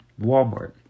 walmart